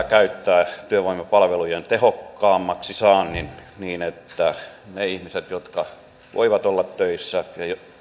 käyttää työvoimapalvelujen tehokkaammaksi saantiin niin että ne ihmiset jotka voivat olla töissä